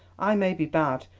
i may be bad,